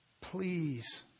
please